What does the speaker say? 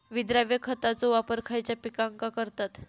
विद्राव्य खताचो वापर खयच्या पिकांका करतत?